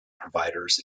providers